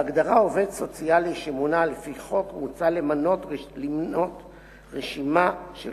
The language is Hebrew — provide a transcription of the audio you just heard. בהגדרה "עובד סוציאלי שמונה לפי חוק" מוצע למנות רשימה של